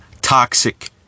toxic